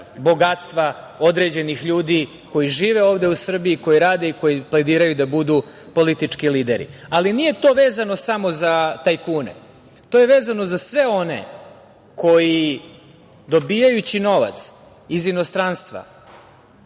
bogatstva određenih ljudi koji žive ovde u Srbiji i koji rade i koji plediraju da budu politički lideri. Ali, nije to vezano samo za tajkune, to je vezano za sve one koji dobijajući novac iz inostranstva